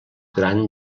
gran